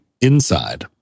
inside